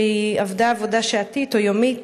היא עבודה בעבודה שעתית, או יומית.